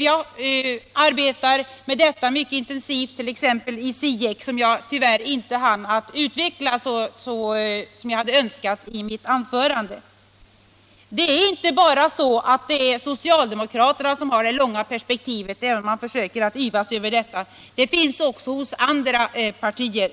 Vi arbetar med detta mycket intensivt t.ex. i CIEC, vilket jag tyvärr inte hann utveckla som jag hade önskat i mitt förra anförande. Det är inte bara socialdemokraterna som har det långa perspektivet, även om de försöker yvas över detta. Det finns också hos andra partier.